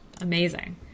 amazing